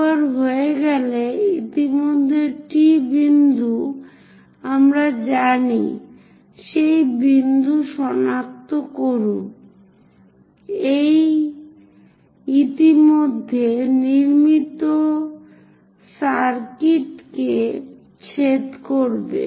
একবার হয়ে গেলে ইতিমধ্যে T বিন্দু আমরা জানি সেই বিন্দু সনাক্ত করুন এই ইতিমধ্যে নির্মিত সার্কিটকে ছেদ করবে